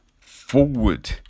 forward